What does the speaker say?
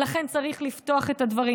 ולכן צריך לפתוח את הדברים.